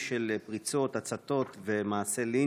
של אותם צעירים וצעירות לבחור את מסלול